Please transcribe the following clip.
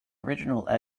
original